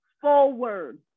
forward